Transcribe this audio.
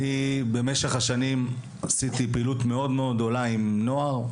במשך השנים עשיתי פעילות גדולה מאוד עם נוער,